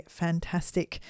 fantastic